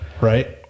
right